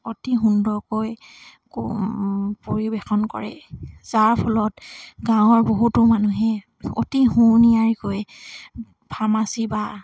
অতি সুন্দৰকৈ ক পৰিৱেশন কৰে যাৰ ফলত গাঁৱৰ বহুতো মানুহে অতি সু নিয়াৰিকৈ ফাৰ্মাচী বা